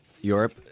Europe